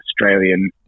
Australian